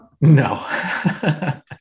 No